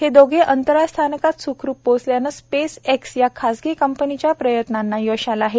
हे दोघे अंतराळ स्थानकात स्खरुप पोहोचल्याने स्पेस एक्स या खासगी कंपनीच्या प्रयत्नांना यश आले आहे